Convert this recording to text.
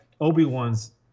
Obi-Wan's